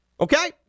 okay